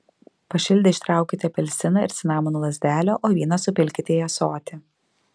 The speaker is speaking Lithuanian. pašildę ištraukite apelsiną ir cinamono lazdelę o vyną supilkite į ąsotį